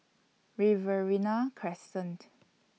Riverina Crescent